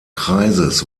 kreises